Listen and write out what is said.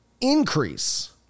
increase